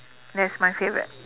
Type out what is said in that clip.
that's my favourite